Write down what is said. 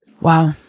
Wow